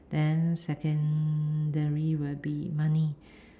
then secondary will be money